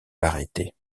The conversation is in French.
l’arrêter